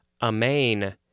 amain